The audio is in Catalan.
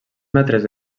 metres